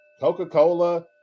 Coca-Cola